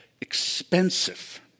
expensive